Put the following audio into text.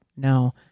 No